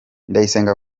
ndayisenga